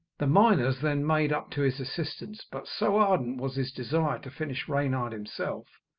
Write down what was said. the miners then made up to his assistance but so ardent was his desire to finish reynard himself,